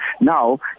Now